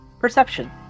Perception